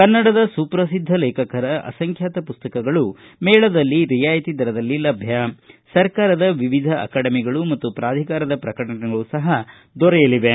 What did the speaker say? ಕನ್ನಡದ ಸುಪ್ರಸಿದ್ದ ಲೇಖಕರ ಅಸಂಖ್ಯಾತ ಪುಸ್ತಕಗಳು ಮೇಳದಲ್ಲಿ ರಿಯಾಯಿತಿ ದರದಲ್ಲಿ ಲಭ್ಯ ಸರ್ಕಾರದ ವಿವಿಧ ಅಕಾಡೆಮಿಗಳು ಮತ್ತು ಪ್ರಾಧಿಕಾರದ ಪ್ರಕಟಣೆಗಳು ಸಹ ದೊರೆಯಲಿವೆ